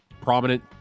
prominent